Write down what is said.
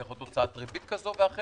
זה יכול להיות הוצאת ריבית כזו ואחרת.